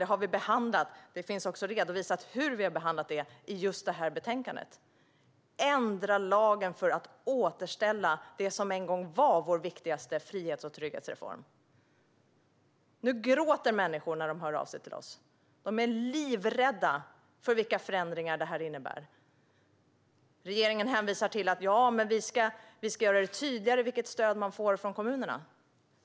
Det har vi behandlat, och det finns redovisat hur vi har behandlat det i just detta betänkande. Ändra lagen för att återställa det som en gång var vår viktigaste frihets och trygghetsreform! Nu gråter människor när de hör av sig till oss. De är livrädda för vilka förändringar detta innebär. Regeringen hänvisar till att man ska göra det tydligare vilket stöd berörda personer ska få från kommunerna.